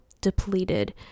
depleted